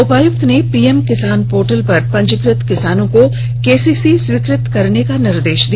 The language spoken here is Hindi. उपायुक्त ने पीएम किसान पोर्टल पर पंजीकृत किसानों को केसीसी स्वीकृत करने का निर्देश दिया